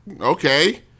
okay